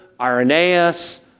Irenaeus